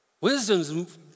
Wisdom's